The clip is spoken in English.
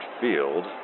field